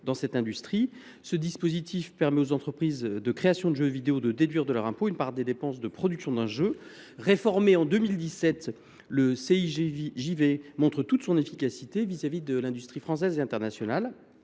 de cette industrie. Ce dispositif permet aux entreprises de création de jeux vidéo de déduire de leurs impôts une part des dépenses de production d’un jeu. Réformé en 2017, le CIJV montre toute son efficacité pour l’industrie française et internationale